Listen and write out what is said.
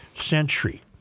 century